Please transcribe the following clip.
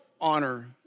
honor